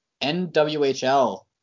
NWHL